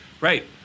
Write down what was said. Right